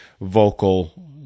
vocal